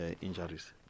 injuries